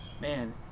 Man